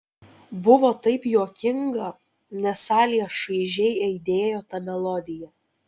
buvo taip juokinga nes salėje šaižiai aidėjo ta melodija